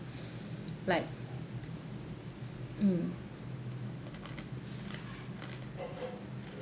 like mm